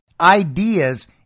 ideas